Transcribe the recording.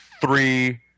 three